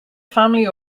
family